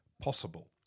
possible